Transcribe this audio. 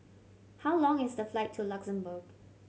how long is the flight to Luxembourg